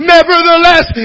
Nevertheless